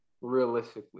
realistically